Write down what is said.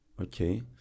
Okay